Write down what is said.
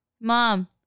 mom